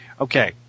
Okay